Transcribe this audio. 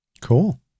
Cool